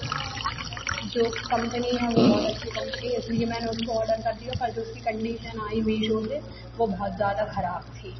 जो कंपनी है वो बहुत अच्छी कंपनी है इसलिए मैंने उसको ऑर्डर कर दिया था जो उसकी कंडीशन आई है मीशो से वो बहुत ज़्यादा खराब थी